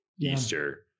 Easter